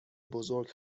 بزرگ